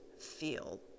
feel